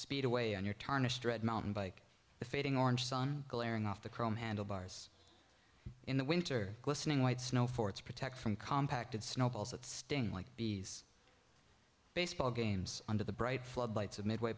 speed away on your tarnished red mountain bike the fading orange sun glaring off the chrome handlebars in the winter glistening white snow forts protect from compact and snowballs that sting like bees baseball games under the bright flood lights of midway